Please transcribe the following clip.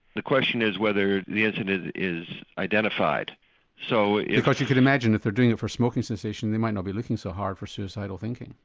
the question is whether the incident is identified so. because you can imagine if they're doing it for smoking cessation they might not be looking so hard for suicidal thinking.